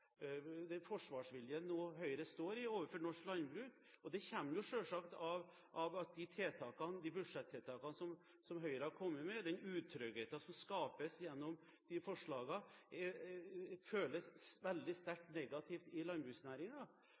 den voldsomme forsvarsviljen Høyre har overfor norsk landbruk. Det kommer selvsagt av at de budsjettiltakene som Høyre har kommet med, den utryggheten som skapes gjennom de forslagene, føles veldig sterkt negativt i